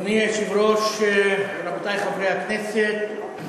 אדוני היושב-ראש, רבותי חברי הכנסת,